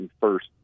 first